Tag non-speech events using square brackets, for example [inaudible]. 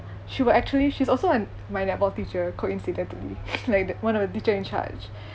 she will actually she's also an~ my netball teacher coincidentally [laughs] like one of the teacher in charge